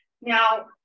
Now